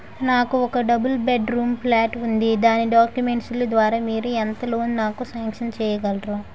నాకు ఒక double bedroom plot ఉంది దాని డాక్యుమెంట్స్ లు ద్వారా మీరు ఎంత లోన్ నాకు సాంక్షన్ చేయగలరు?